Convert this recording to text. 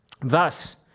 Thus